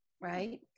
Right